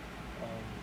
um